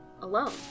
alone